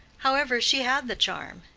however, she had the charm,